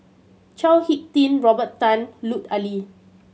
Chao Hick Tin Robert Tan and Lut Ali